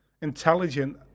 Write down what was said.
intelligent